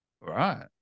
Right